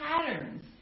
patterns